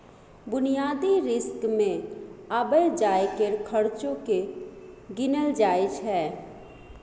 बुनियादी रिस्क मे आबय जाय केर खर्चो केँ गिनल जाय छै